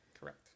Correct